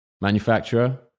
manufacturer